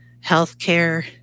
Healthcare